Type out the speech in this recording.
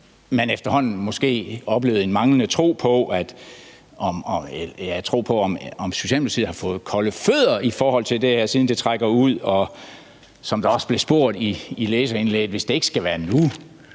man efterhånden oplevede en manglende tro på det, og om Socialdemokratiet mon havde fået kolde fødder i forhold til det her, siden det trækker ud. Og som der også blev spurgt i læserindlægget: Hvis det ikke skal være nu,